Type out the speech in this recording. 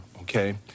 okay